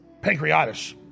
pancreatitis